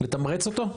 לתמרץ אותו?